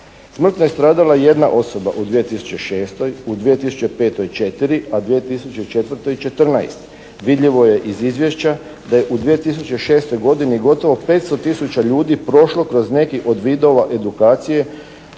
Smrtno je stradala jedna osoba u 2006., u 2005. četiri, a u 2004. četrnaest. Vidljivo je iz izvješća da je u 2006. godini gotovo 500 tisuća ljudi prošlo kroz nekih od vidova edukacije